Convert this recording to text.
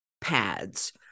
pads